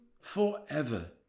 forever